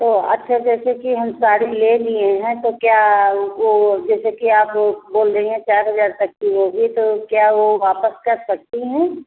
तो अच्छा जैसे कि हम साड़ी ले लिए हैं तो क्या वह जैसे कि आप वह बोल रही हैं चार हज़ार तक की होगी तो क्या वह वापस कर सकते हैं